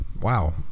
wow